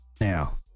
Now